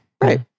right